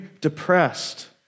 depressed